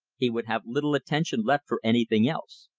he would have little attention left for anything else.